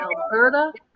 Alberta